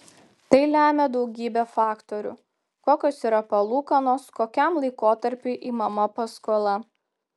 tai lemia daugybė faktorių kokios yra palūkanos kokiam laikotarpiui imama paskola